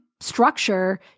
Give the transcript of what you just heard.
structure